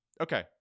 okay